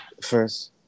First